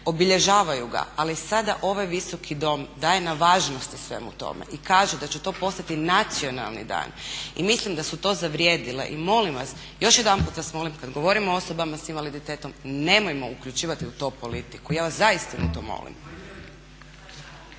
obilježavaju ga, ali sada ovaj Visoki dom daje na važnosti svemu tome i kaže da će to postati nacionalni da. I mislim da su to zavrijedile. I molim vas, još jedanput vas molim kada govorimo o osobama s invaliditetom nemojmo uključivati u to politiku, ja vas zaista to molim.